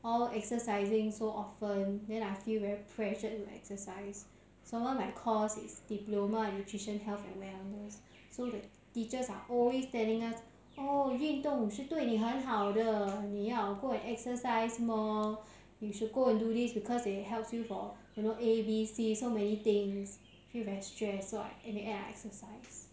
all exercising so often then I feel very pressured to exercise some more my cause is diploma in nutrition health and wellness so the teachers are always telling us oh 运动是对你很好的你要 go and exercise more you should go and do this because it helps you for you know A B C so many things feel very stress so I in the end I exercise